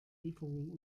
lieferung